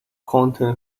quantum